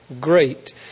great